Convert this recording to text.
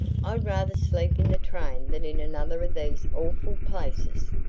i'd rather sleep in the train than in another of these awful places.